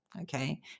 Okay